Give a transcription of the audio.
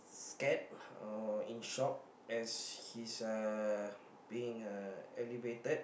scared or in shock as he's uh being uh elevated